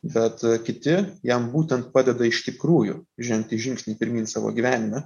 bet kiti jam būtent padeda iš tikrųjų žengti žingsnį pirmyn savo gyvenime